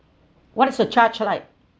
what is your charge like